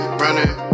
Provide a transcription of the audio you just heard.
running